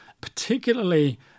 particularly